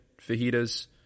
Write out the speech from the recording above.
fajitas